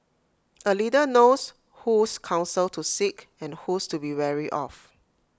A leader knows whose counsel to seek and whose to be wary of